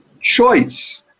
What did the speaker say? Choice